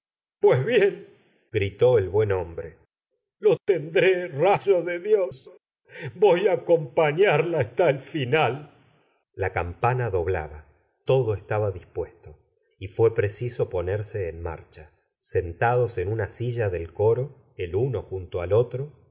pues bien gritó el buen hombre lo tendre rayo de dios voy á acompañarla hasta el final la campana doblaba todo estaba dispuesto y fué preciso ponerse en marcha sentados en una silla del coro el uno junto al otro